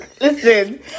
Listen